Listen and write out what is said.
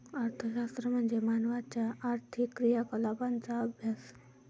अर्थशास्त्र म्हणजे मानवाच्या आर्थिक क्रियाकलापांचा अभ्यास